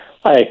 Hi